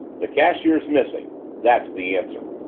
the cashier's missing that's the answer.